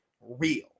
real